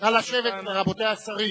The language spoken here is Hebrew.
נא לשבת, רבותי השרים.